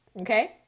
Okay